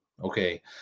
Okay